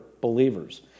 believers